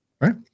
right